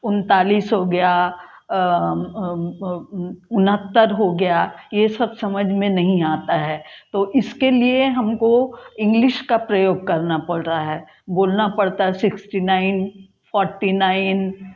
उनतालीस हो गया उनहत्तर हो गया ये सब समझ में नहीं आता है तो इसके लिए हम को इंग्लिश का प्रयोग करना पड़ रहा है बोलना पड़ता है सिक्स्टी नाइन फोट्टी नाइन